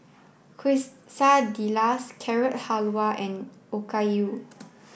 Carrot Halwa and Okayu